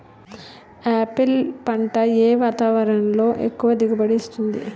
Apple పంట ఏ వాతావరణంలో ఎక్కువ దిగుబడి ఇస్తుంది?